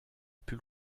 plus